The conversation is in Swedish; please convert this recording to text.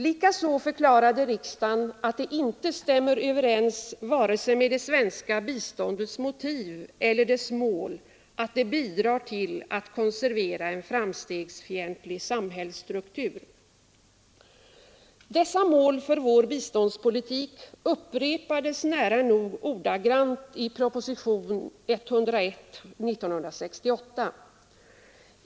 Likaså förklarade riksdagen, att det inte stämmer överens vare sig med det svenska biståndets motiv eller dess mål att det bidrar till att konservera en framstegsfientlig samhällsstruktur. Dessa mål för vår biståndspolitik upprepades nära nog ordagrant i propositionen 101 år 1968.